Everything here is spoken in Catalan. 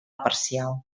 parcial